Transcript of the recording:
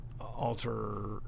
alter